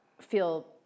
feel